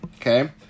Okay